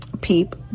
peep